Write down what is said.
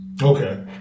Okay